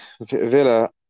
Villa